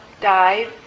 died